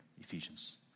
Ephesians